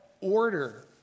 order